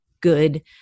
good